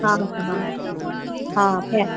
हाँ हाँ हाँ है